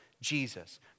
Jesus